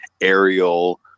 aerial